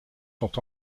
sont